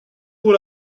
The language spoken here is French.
pour